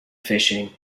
fishing